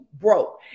broke